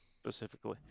specifically